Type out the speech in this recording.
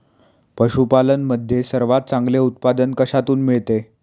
पशूपालन मध्ये सर्वात चांगले उत्पादन कशातून मिळते?